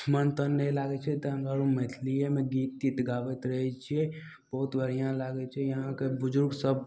मन तन नहि लागय छै तऽ हम आर मैथलियेमे गीत तीत गाबैत रहय छियै बहुत बढ़िआँ लागय छै इहाँके बुजुर्ग सभ